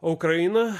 o ukraina